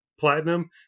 Platinum